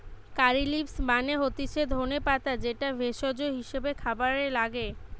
কারী leaves মানে হতিছে ধনে পাতা যেটা ভেষজ হিসেবে খাবারে লাগে